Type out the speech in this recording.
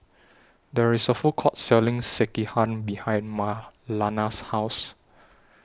There IS A Food Court Selling Sekihan behind Marlana's House